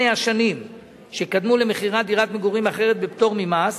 השנים שקדמו למכירה דירת מגורים אחרת בפטור ממס.